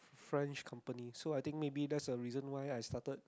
French company so I think maybe that's the reason why I started